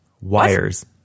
wires